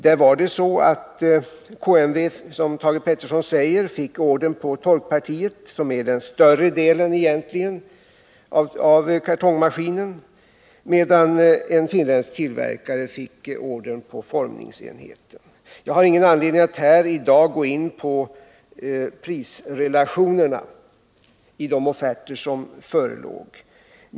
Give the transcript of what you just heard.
Här var det så att KMV, som Thage Peterson säger, fick ordern på torkpartiet, som är den större delen av kartongmaskinen, medan en finländsk tillverkare fick ordern på formningsenheten. Jag har i dag ingen anledning att gå in på prisrelationerna i de offerter som förelåg.